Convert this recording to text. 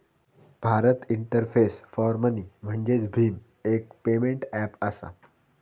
Bharat interface for money म्हणजेच भीम, एक पेमेंट ऐप असा